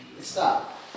Stop